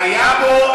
מילה של אחדות.